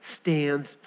stands